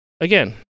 again